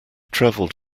travelled